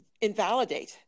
invalidate